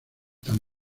tan